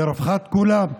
לרווחת כולם.